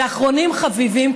ואחרונים חביבים,